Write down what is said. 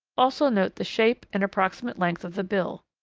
also note the shape and approximate length of the bill.